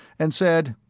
and said,